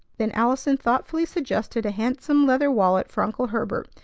then allison thoughtfully suggested a handsome leather wallet for uncle herbert,